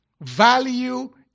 Value